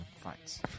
fights